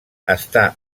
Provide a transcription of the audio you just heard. està